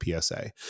psa